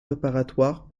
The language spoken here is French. préparatoires